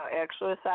exercise